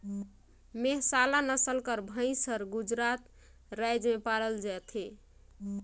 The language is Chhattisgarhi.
मेहसाला नसल कर भंइस हर गुजरात राएज में पाल जाथे